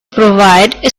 provide